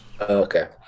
Okay